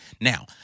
Now